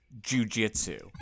jujitsu